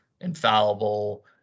infallible